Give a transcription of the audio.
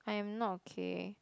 I am not okay